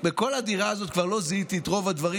בכל הדירה הזאת כבר לא זיהיתי את רוב הדברים.